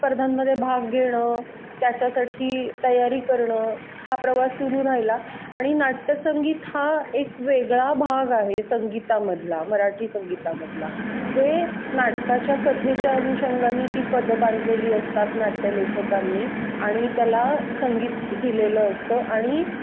स्पर्धांमध्ये भाग घेणं त्याच्यासाठी तयारी करणं हा प्रवास सुरू राहिला आणि नाट्यसंगीत हा एक वेगळा भाग आहे संगीतामधला मराठी संगीतामधला जे नाटकाच्या कथेच्या अनुषंगाने ती पदं बांधलेली असतात नाट्यलेखकांनी आणि त्याला संगीत दिलेलं असतं आणि